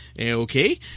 Okay